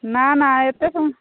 ନା ନା ଏତେ ସମୟ